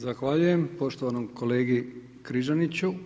Zahvaljujem poštovanom kolegi Križaniću.